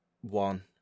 one